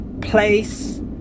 place